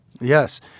Yes